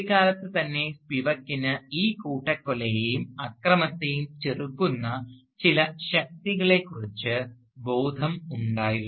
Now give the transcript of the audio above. കുട്ടിക്കാലത്ത് തന്നെ സ്പിവക്കിന് ഈ കൂട്ടക്കൊലയെയും അക്രമത്തെയും ചെറുക്കുന്ന ചില ശക്തികളെ കുറിച്ച് ബോധം ഉണ്ടായിരുന്നു